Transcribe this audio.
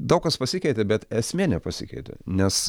daug kas pasikeitė bet esmė nepasikeitė nes